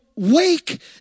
wake